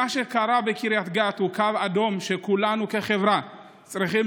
מה שקרה בקריית גת הוא קו אדום שכולנו כחברה צריכים